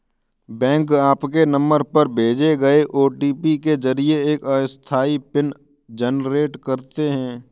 bank आपके number पर भेजे गए ओ.टी.पी के जरिए एक अस्थायी पिन जनरेट करते हैं